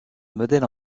modèles